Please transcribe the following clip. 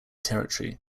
territory